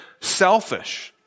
selfish